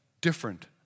different